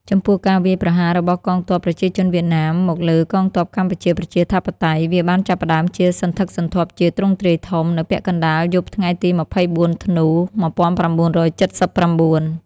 ចំពោះការវាយប្រហាររបស់កងទ័ពប្រជាជនវៀតណាម មកលើកងទ័ពកម្ពុជាប្រជាធិបតេយ្យ វាបានចាប់ផ្តើមជាសន្ធឹកសន្ធាប់ជាទ្រង់ទ្រាយធំ នៅពាក់កណ្តាលយប់ថ្ងៃទី ២៤ ធ្នូ ១៩៧៩។